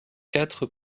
quatre